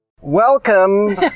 Welcome